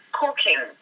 cooking